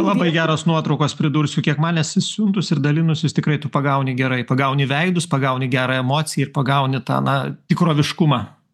labai geros nuotraukos pridursiu kiek man esi siuntus ir dalinus jūs tikrai tu pagauni gerai pagauni veidus pagauni gerą emociją ir pagauni tą na tikroviškumą